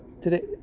today